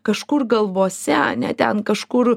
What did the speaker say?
kažkur galvose ane ten kažkur